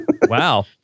Wow